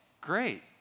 Great